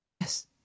Yes